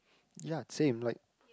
ya same like